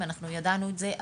אנחנו ידענו את זה,